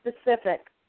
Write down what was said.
specific